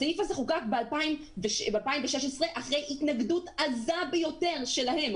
הסעיף הזה ב-2016 אחרי התנגדות עזה ביותר שלהם.